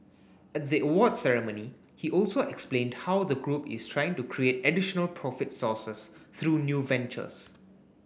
at the awards ceremony he also explained how the group is trying to create additional profit sources through new ventures